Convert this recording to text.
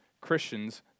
Christians